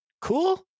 cool